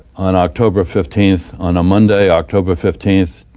on october fifteenth, on a monday, october fifteenth,